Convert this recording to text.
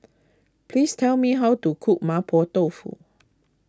please tell me how to cook Mapo Tofu